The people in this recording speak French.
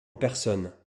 personne